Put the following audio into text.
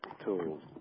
tools